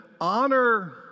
honor